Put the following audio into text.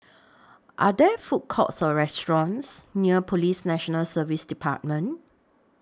Are There Food Courts Or restaurants near Police National Service department